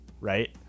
right